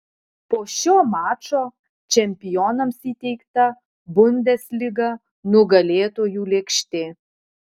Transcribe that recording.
po šio mačo čempionams įteikta bundesliga nugalėtojų lėkštė